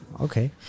Okay